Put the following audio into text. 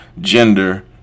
gender